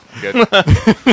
Good